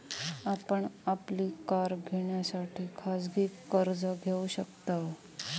आपण आपली कार घेण्यासाठी खाजगी कर्ज घेऊ शकताव